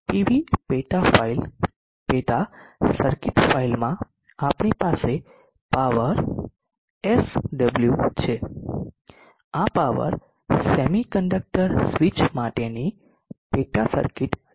PV પેટા file પેટા circuit ફાઇલમાં આપણી પાસે પાવર sw છે આ પાવર સેમી કંડક્ટર સ્વીચ માટેની પેટા સર્કિટ છે